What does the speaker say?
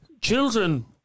Children